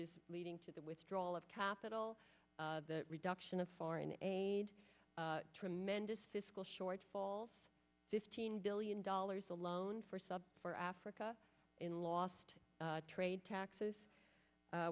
is leading to the withdrawal of capital the reduction of foreign aid tremendous fiscal shortfalls fifteen billion dollars alone for sub for africa in lost trade taxes